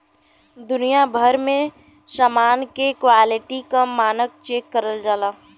दुनिया भर में समान के क्वालिटी क मानक चेक करल जाला